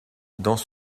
dans